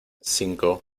cinco